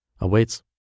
awaits